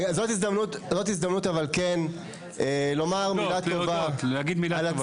זוהי הזדמנות כן לומר מילה טובה על